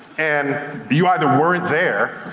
and you either weren't there,